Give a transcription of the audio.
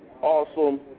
awesome